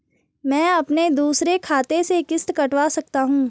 मैं अपने दूसरे खाते से किश्त कटवा सकता हूँ?